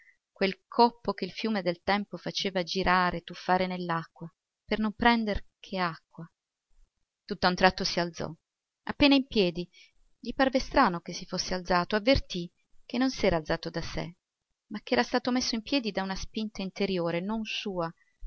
quel coppo che il fiume del tempo faceva girare tuffare nell'acqua per non prendere che acqua tutt'a un tratto s'alzò appena in piedi gli parve strano che si fosse alzato avvertì che non si era alzato da sé ma che era stato messo in piedi da una spinta interiore non sua